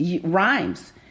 rhymes